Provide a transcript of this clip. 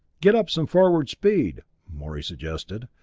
get up some forward speed, morey suggested,